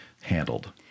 handled